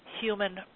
human